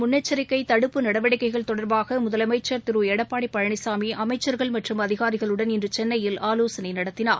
முன்னெச்சரிக்கைதடுப்பு நடவடிக்கைகள் தொடர்பாகமுதலமைச்சர் ரிவா் புயல் திருஎடப்பாடிபழனிசாமிஅமைச்சர்கள் மற்றும் அதினாிகளுடன் இன்றுசென்னையில் ஆலோசனைநடத்தினார்